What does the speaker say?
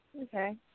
Okay